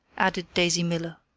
added daisy miller.